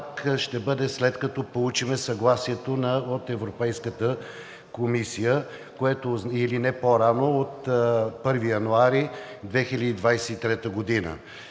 ще бъде, след като получим съгласието от Европейската комисия, или не по-рано от 1 януари 2023 г.